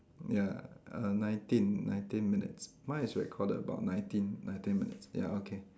ya uh nineteen nineteen minutes mine is recorded about nineteen nineteen minutes ya okay